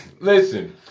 listen